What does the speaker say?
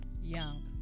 Young